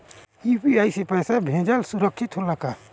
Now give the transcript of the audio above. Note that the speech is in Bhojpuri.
यू.पी.आई से पैसा भेजल सुरक्षित होला का?